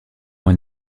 elle